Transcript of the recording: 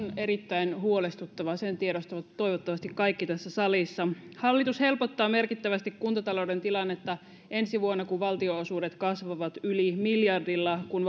erittäin huolestuttava sen tiedostavat toivottavasti kaikki tässä salissa hallitus helpottaa merkittävästi kuntatalouden tilannetta ensi vuonna kun valtionosuudet kasvavat yli miljardilla kun